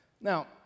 Now